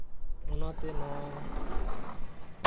ᱚᱱᱟᱛᱮ ᱱᱚᱣᱟ